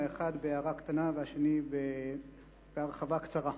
האחת בהערה קטנה והשנייה בהרחבה קצרה,